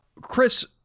chris